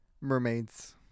Mermaids